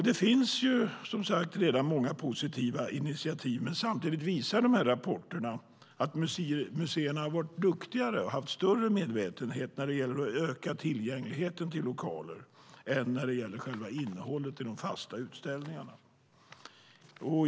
Det finns redan flera positiva initiativ, men samtidigt visar rapporterna att museerna har varit duktigare och haft större medvetenhet när det gäller att öka tillgängligheten till lokaler än när det gäller innehållet i de fasta utställningarna.